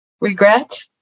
regret